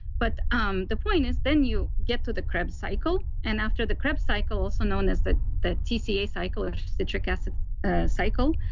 but um the point is, then you get to the krebs cycle. and after the krebs cycle also known as the the tca cycle or citric acid cycle,